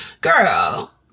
girl